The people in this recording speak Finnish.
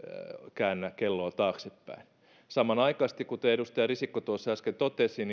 käännä kelloa taaksepäin samanaikaisesti kuten edustaja risikko tuossa äsken totesi